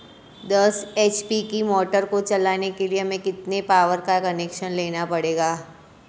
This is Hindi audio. दस एच.पी की मोटर को चलाने के लिए हमें कितने पावर का कनेक्शन लेना पड़ेगा?